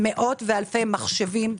מאות ואלפי מחשבים,